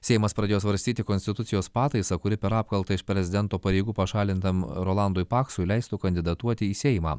seimas pradėjo svarstyti konstitucijos pataisą kuri per apkaltą iš prezidento pareigų pašalintam rolandui paksui leistų kandidatuoti į seimą